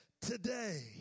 Today